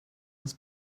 was